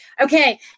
Okay